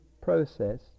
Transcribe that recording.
process